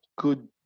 good